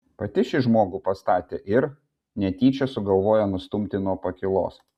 pati šį žmogų pastatė ir netyčia sugalvojo nustumti nuo pakylos